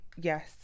Yes